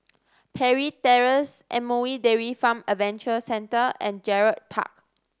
Parry Terrace M O E Dairy Farm Adventure Centre and Gerald Park